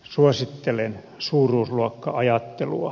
suosittelen suuruusluokka ajattelua